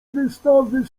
wystawy